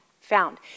found